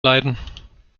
leiden